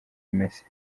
messi